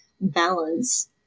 balance